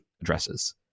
addresses